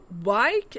why-